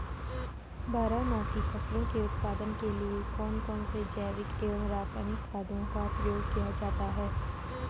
बारहमासी फसलों के उत्पादन के लिए कौन कौन से जैविक एवं रासायनिक खादों का प्रयोग किया जाता है?